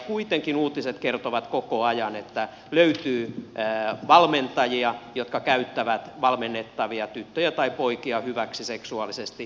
kuitenkin uutiset kertovat koko ajan että löytyy valmentajia jotka käyttävät valmennettavia tyttöjä tai poikia hyväksi seksuaalisesti